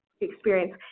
experience